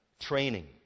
Training